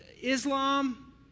Islam